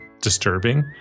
disturbing